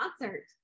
concert